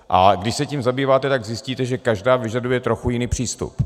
A když se tím zabýváte, tak zjistíte, že každá vyžaduje trochu jiný přístup.